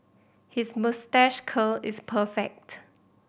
his moustache curl is perfect